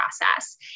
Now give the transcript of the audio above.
process